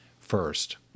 first